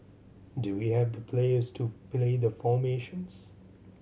do we have the players to play the formations